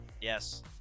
Yes